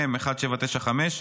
מ/1795,